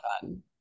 fun